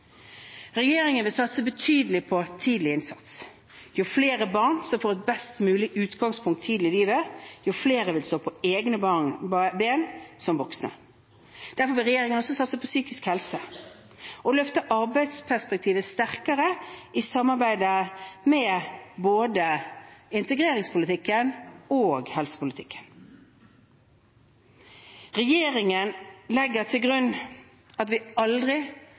Regjeringen vil satse betydelig på tidlig innsats. Jo flere barn som får et best mulig utgangspunkt tidlig i livet, jo flere vil stå på egne ben som voksne. Derfor vil regjeringen også satse på psykisk helse og løfte arbeidsperspektivet sterkere i samarbeid med både integreringspolitikken og helsepolitikken. Regjeringen legger til grunn at vi aldri